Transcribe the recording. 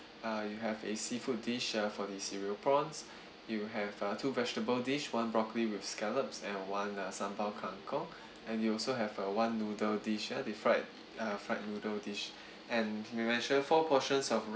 uh you have a seafood dish ah for the cereal prawns you have a two vegetable dish one broccoli with scallops and one uh sambal kangkong and you also have a one noodle dish ah the fried uh fried noodle dish and you mentioned four portions of